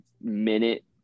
minute